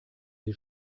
sie